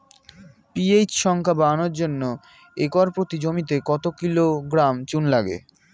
PH সংখ্যা বাড়ানোর জন্য একর প্রতি জমিতে কত কিলোগ্রাম চুন লাগে?